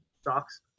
stocks